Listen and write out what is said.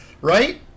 right